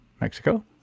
Mexico